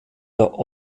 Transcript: der